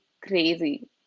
crazy